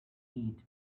eat